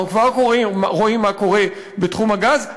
אנחנו כבר רואים מה קורה בתחום הגז,